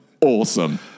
awesome